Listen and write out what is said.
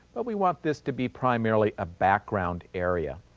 but we want this to be primarily a background area.